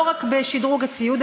לא רק בשדרוג הציוד,